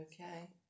Okay